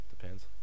depends